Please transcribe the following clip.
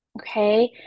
Okay